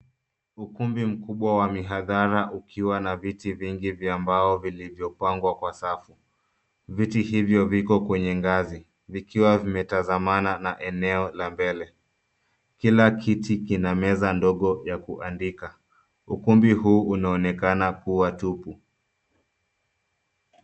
Ukumbi mkubwa wa mihadhara ukiwa na viti vingi vya mbao vilivyopangwa kwa safu, viti hivyo viko kwenye ngazi vikiwa vimetazamana na eneo la mbele, kila kiti kina meza ndogo ya kuandika ukumbi huu unaonekana kuwa tupu.